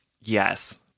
Yes